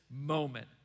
moment